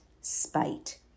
spite